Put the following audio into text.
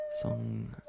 Song